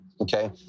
okay